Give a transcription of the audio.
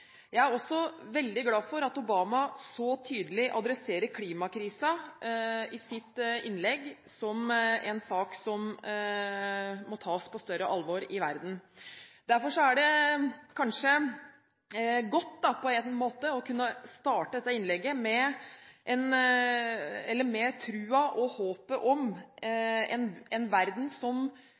Jeg er også veldig glad for at Obama så tydelig i sitt innlegg adresserte klimakrisen som en sak som må tas på større alvor i verden. Derfor er det godt å kunne starte dette innlegget med troen på og håpet om en verden som